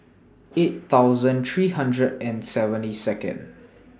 eight thousand three hundred and seventy Second